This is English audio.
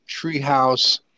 treehouse